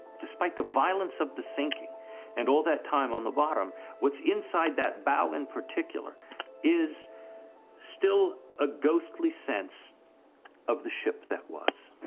despite the violence of the sinking and all that time on the bottom what's inside that bow in particular is still a ghostly sense of the ship that was.